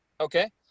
okay